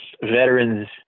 veterans